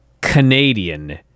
Canadian